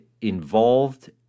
involved